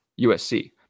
USC